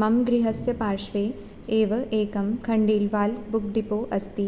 मम गृहस्य पार्श्वे एव एकं खण्डेल् वाल् बुक् डिपो अस्ति